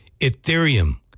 Ethereum